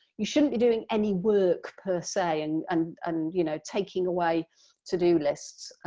you shouldn't be doing any work per se and and, and you know, taking away to do lists,